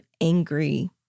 angry